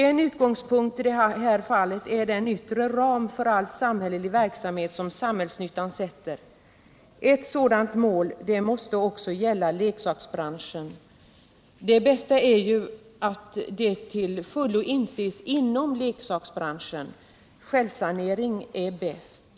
En utgångspunkt i det här fallet är den yttre ram för all samhällelig verksamhet som samhällsnyttan sätter. Ett sådant allmänt mål måste också gälla leksaksbranschen. Det bästa är ju att detta till fullo inses inom leksaksbranschen. Självsanering är bäst.